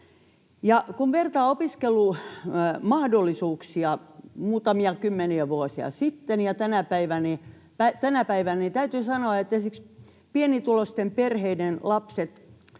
Kun vertaa opiskelumahdollisuuksia muutamia kymmeniä vuosia sitten ja tänä päivänä, täytyy sanoa, että esimerkiksi myös pienituloisten perheiden lapset